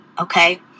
Okay